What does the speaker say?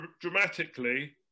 dramatically